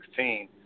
2016